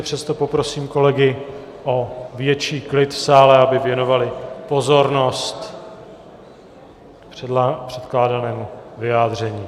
Přesto poprosím o kolegy o větší klid v sále, aby věnovali pozornost předkládanému vyjádření.